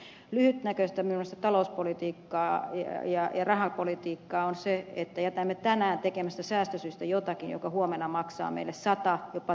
minun mielestäni lyhytnäköistä talouspolitiikkaa ja rahapolitiikkaa on se että jätämme tänään tekemättä säästösyistä jotakin mikä huomenna maksaa meille sata jopa tuhatkertaisesti